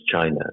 China